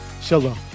Shalom